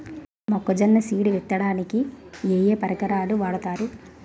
మొక్కజొన్న సీడ్ విత్తడానికి ఏ ఏ పరికరాలు వాడతారు?